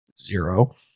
zero